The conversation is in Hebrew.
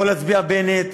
יכול להצביע בנט